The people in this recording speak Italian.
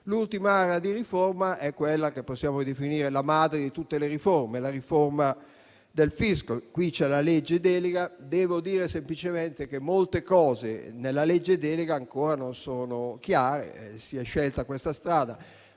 L'ultima area di riforma è quella che possiamo definire la madre di tutte le riforme: quella del fisco. Per questo c'è la legge delega, anche se devo dire che molte cose nella legge delega ancora non sono chiare, comunque si è scelta questa strada.